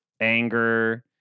Anger